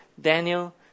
Daniel